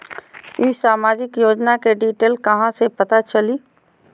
ई सामाजिक योजना के डिटेल कहा से पता चली?